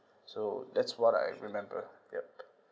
so that's what I remember yup